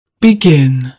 Begin